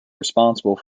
responsible